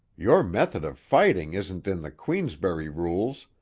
your method of fighting isn't in the queensberry rules,